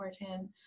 important